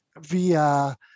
via